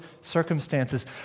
circumstances